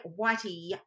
Whitey